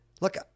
look